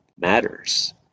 matters